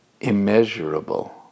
Immeasurable